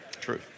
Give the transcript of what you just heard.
True